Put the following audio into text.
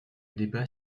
débat